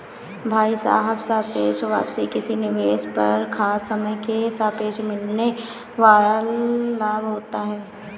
भाई साहब सापेक्ष वापसी किसी निवेश पर खास समय के सापेक्ष मिलने वाल लाभ होता है